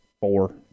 four